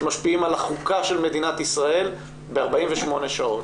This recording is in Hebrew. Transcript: שמשפיעים על החוקה של מדינת ישראל ב-48 שעות.